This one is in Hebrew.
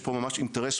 לייצא.